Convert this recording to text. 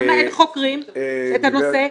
למה אין חוקרים את הנושא?